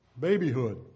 babyhood